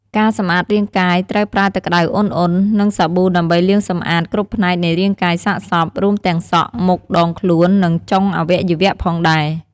ការសម្អាតរាងកាយត្រូវប្រើទឹកក្តៅឧណ្ហៗ និងសាប៊ូដើម្បីលាងសម្អាតគ្រប់ផ្នែកនៃរាងកាយសាកសព រួមទាំងសក់ មុខ ដងខ្លួន និងចុងអវយវៈផងដែរ។